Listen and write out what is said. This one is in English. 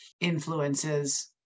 influences